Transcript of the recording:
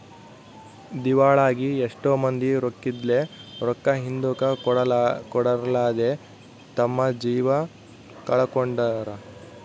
ದಿವಾಳಾಗಿ ಎಷ್ಟೊ ಮಂದಿ ರೊಕ್ಕಿದ್ಲೆ, ರೊಕ್ಕ ಹಿಂದುಕ ಕೊಡರ್ಲಾದೆ ತಮ್ಮ ಜೀವ ಕಳಕೊಂಡಾರ